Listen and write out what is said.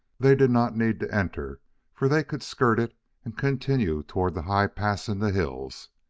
they did not need to enter, for they could skirt it and continue toward the high pass in the hills.